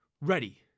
Ready